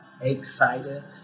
excited